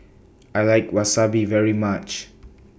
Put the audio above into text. I like Wasabi very much